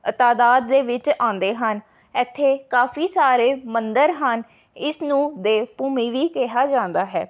ਤਾਦਾਤ ਦੇ ਵਿਚ ਆਉਂਦੇ ਹਨ ਇੱਥੇ ਕਾਫੀ ਸਾਰੇ ਮੰਦਰ ਹਨ ਇਸ ਨੂੰ ਦੇਵ ਭੂਮੀ ਵੀ ਕਿਹਾ ਜਾਂਦਾ ਹੈ